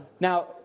Now